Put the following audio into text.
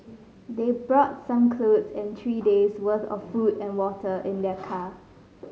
they brought some clothes and three days worth of food and water in their car